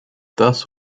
thus